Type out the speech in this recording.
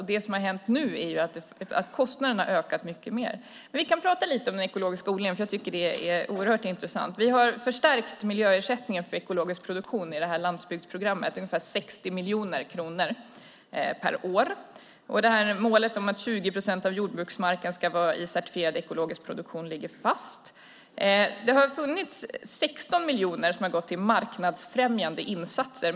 Det som har hänt nu är att kostnaderna har ökat mycket mer. Vi kan tala lite om den ekologiska odlingen. Den är oerhört intressant. Vi har förstärkt miljöersättningen för ekologisk produktion i landsbygdsprogrammet med ungefär 60 miljoner kronor per år. Målet om att 20 procent av jordbruksmarken ska vara i certifierad ekologisk produktion ligger fast. Det har funnits 16 miljoner som har gått till marknadsfrämjande insatser.